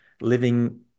living